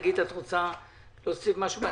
שגית, את רוצה להוסיף משהו?